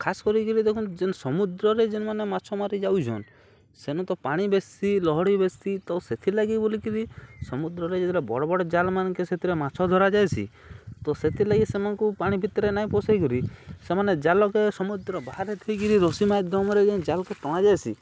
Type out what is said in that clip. ଖାସ୍ କରିକିରି ଦେଖୁନ୍ ଯେନ୍ ସମୁଦ୍ରରେ ଯେନ୍ମାନେ ମାଛ ମାରିଯାଉଛନ୍ ସେନୁ ତ ପାଣି ବେଶି ଲହଡ଼ି ବେଶି ତ ସେଥିର୍ଲାଗି ବୋଲିକିରି ସମୁଦ୍ରରେ ଯେତେବେଲେ ବଡ଼୍ ବଡ଼୍ ଜାଲ୍ ମାନ୍କେ ସେଥିରେ ମାଛ୍ ଧରାଯାଏସି ତ ସେଥିର୍ଲାଗି ସେମାନ୍ଙ୍କୁ ପାଣି ଭିତ୍ରେ ନାଇଁ ପଶେଇକିରି ସେମାନେ ଜାଲକେ ସମୁଦ୍ର ବାହାରେ ଥାଇକିରି ରଶି ମାଧ୍ୟମରେ ଯେନ୍ ଜାଲ୍କେ ଟଣା ଯାଏସି